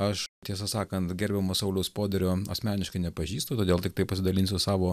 aš tiesą sakant gerbiamo sauliaus poderio asmeniškai nepažįstu todėl tiktai pasidalinsiu savo